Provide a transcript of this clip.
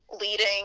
leading